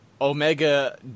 Omega